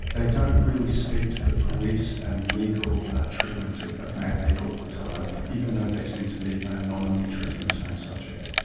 they don't really speak to the police and legal treatments of of mad people at the time, even though they seemed to be nominally treating the same subject.